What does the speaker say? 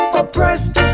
oppressed